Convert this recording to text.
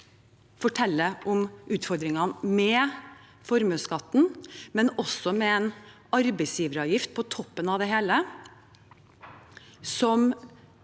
forteller om utfordring ene med formuesskatten, med arbeidsgiveravgiften på toppen av det hele, som